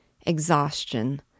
Exhaustion